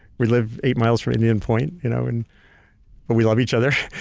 we live eight miles from indian point, you know and but we love each other.